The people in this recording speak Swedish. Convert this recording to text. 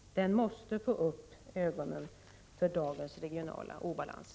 Regeringen måste få upp ögonen för dagens regionala obalans.